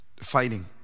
Fighting